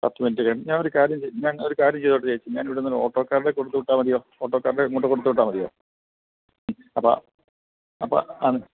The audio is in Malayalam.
പത്ത് മിനുറ്റ് കഴിഞ്ഞ് ഞാൻ ഒരു കാര്യം ഞാൻ ഒരു കാര്യം ചെയ്തൊട്ടേ ചേച്ചി ഞാൻ ഇവിടുന്ന് ഒരു ഓട്ടോക്കാരുടേ കൊടുത്തു വിട്ടാൽ മതിയോ ഓട്ടോക്കാരുടെ അങ്ങോട്ട് കൊടുത്തു വിട്ടാൽ മതിയോ ഉം അപ്പോൾ അപ്പോൾ അന്ന്